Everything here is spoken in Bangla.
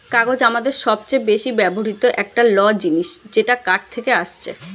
কাগজ আমাদের সবচে বেশি ব্যবহৃত একটা ল জিনিস যেটা কাঠ থেকে আসছে